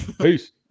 Peace